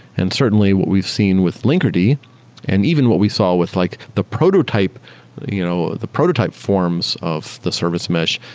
and certainly, what we've seen with linkerd and even what we saw with like the prototype you know the prototype forms of the service mesh,